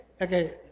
okay